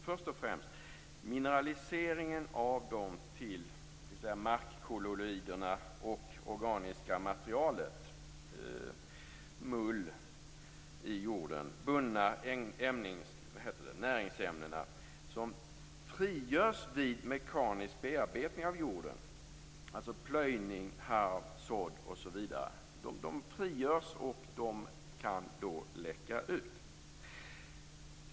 Först främst är det minelariseringen till markkolloider och organiska materialet, mull i jorden, bundna näringsämnen som frigörs vid mekanisk bearbetning av jorden, alltså plöjning, harv, sådd osv. De frigörs och kan läcka ut.